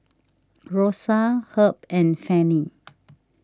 Rosa Herb and Fannie